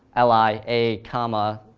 ah like a, comma,